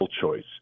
choice